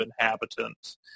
inhabitants